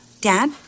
Dad